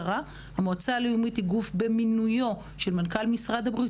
המועצה הלאומית היא גוף במינויו של מנכ"ל משרד הבריאות,